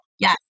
Yes